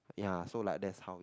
ya so like that's how it